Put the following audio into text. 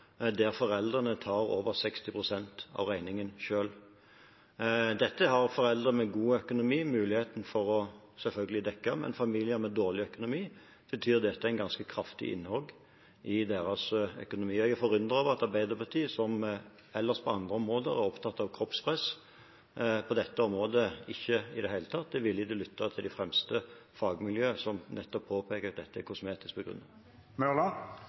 der foreldrene tar over 60 pst. av regningen selv. Dette har selvfølgelig foreldre med god økonomi mulighet til å dekke, men for familier med dårlig økonomi betyr dette et kraftig innhogg i deres økonomi. Jeg er forundret over at Arbeiderpartiet, som ellers, på andre områder, er opptatt av kroppspress, på dette området ikke i det hele tatt er villig til å lytte til det fremste fagmiljøet, som påpeker at dette er kosmetisk begrunnet.